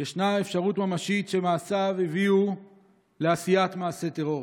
ישנה אפשרות ממשית שמעשיו הביאו לעשיית מעשי טרור.